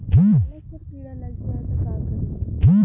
पालक पर कीड़ा लग जाए त का करी?